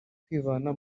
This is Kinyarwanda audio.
kwivana